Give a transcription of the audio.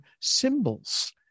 symbols